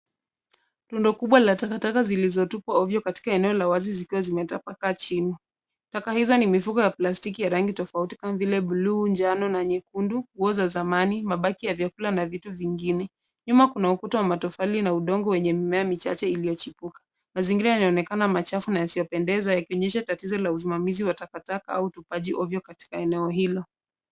Rundo kubwa la takataka zilizotupwa ovyo katika eneo la wazi likiwa limetapakaa chini. Taka hizo ni mifuko ya plastiki ya rangi tofauti kama vile bluu, njano na nyekundu, nguo za zamani, mabaki ya vyakula na vitu vingine. Nyuma kuna ukuta wa matofali na udongo wenye mimea michache iliyochipuka. Mazingira yanaonekana machafu na yasiyopendeza yakionyesha tatizo la usimamizi wa takataka au utupaji ovyo katika eneo hilo.